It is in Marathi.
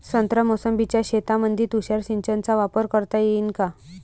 संत्रा मोसंबीच्या शेतामंदी तुषार सिंचनचा वापर करता येईन का?